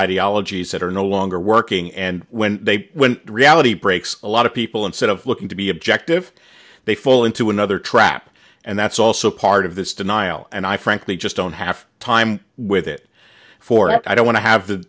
ideologies that are no longer working and when they when reality breaks a lot of people instead of looking to be objective they fall into another trap and that's also part of this denial and i frankly just don't have time with it for i don't want to have